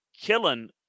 killing